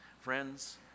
friends